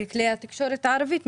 בכלי התקשורת הערבית,